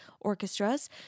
orchestras